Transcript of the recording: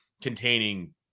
containing